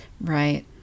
right